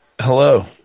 hello